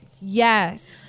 Yes